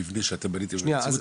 במבנה שבניתם במציאות,